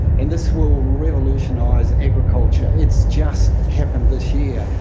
and this will revolutionise agriculture. it's just happened this year.